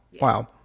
Wow